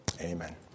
amen